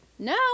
No